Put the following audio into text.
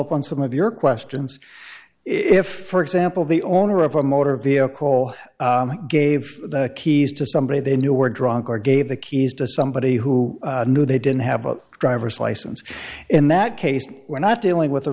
up on some of your questions if for example the owner of a motor vehicle gave the keys to somebody they knew were drunk or gave the keys to somebody who knew they didn't have a driver's license in that case we're not dealing with a